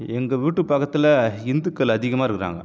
எங்கள் வீட்டு பக்கத்தில் இந்துக்கள் அதிகமாக இருக்கிறாங்க